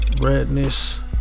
redness